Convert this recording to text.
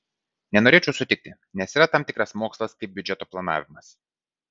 nenorėčiau sutikti nes yra tam tikras mokslas kaip biudžeto planavimas